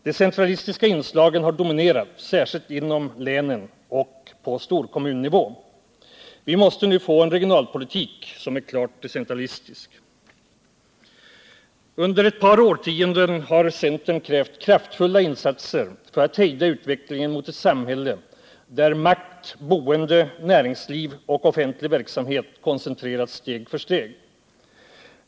De centralistiska inslagen har dominerat, särskilt inom länen och på storkommunnivå. Vi måste nu få en regionalpolitik som är klart decentralistisk. Under några årtionden har centern krävt kraftfulla insatser för att hejda utvecklingen mot ett samhälle där makt, boende, näringsliv och offentlig verksamhet koncentrerats steg för steg.